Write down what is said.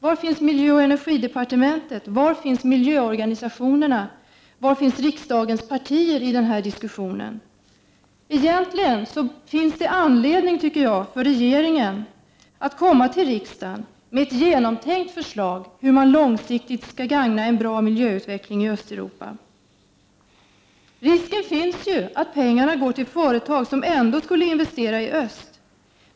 Var finns miljöoch energidepartementet? Var finns miljöorganisationerna? Var finns riksdagens partier i den här diskussionen? Det finns egentligen anledning för regeringen att komma till riksdagen med ett genomtänkt förslag om hur man på lång sikt kan gagna en bra miljöutveckling i Östeuropa. Risken finns ju att dessa pengar går till företag som ändå skulle investera i öst.